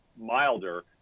milder